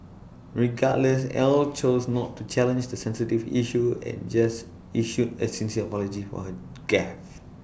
regardless Ell chose not to challenge the sensitive issue and just issued A sincere apology for her gaffe